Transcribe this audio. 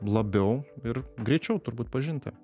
labiau ir greičiau turbūt pažinti